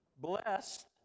blessed